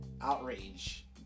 outrage